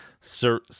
Sir